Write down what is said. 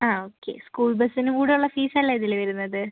okay school ബസിനുംകൂടെയുള്ള ഫീസല്ലേ ഇതില് വരുന്നത്